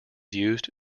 used